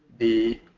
the